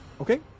okay